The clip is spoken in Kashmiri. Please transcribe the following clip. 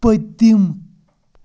پٔتِم